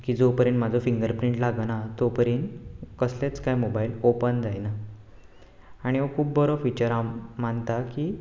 की जो परेन म्हाजो फिंगरप्रींट लागना तो परेन कसलेंच कांय मोबायल ऑपन जायना आनी हो खूब बरो फिचर हांव मानतां की